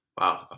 Wow